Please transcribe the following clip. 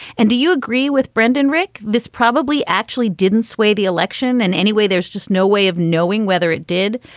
and do you agree with brendan, rick? this probably actually didn't sway the election. and anyway, there's just no way of knowing whether it did.